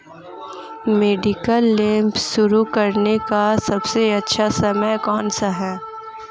Mediclaim शुरू करने का सबसे अच्छा समय कौनसा है?